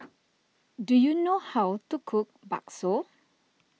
do you know how to cook Bakso